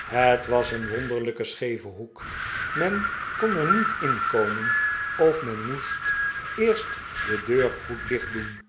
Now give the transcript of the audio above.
het was een wonderlijke scheeve hoek men kon er niet ink omen of men moest eerst de deur goed diehtdoen